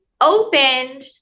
opened